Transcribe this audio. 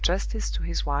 in justice to his wife,